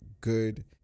good